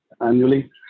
annually